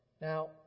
Now